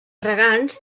regants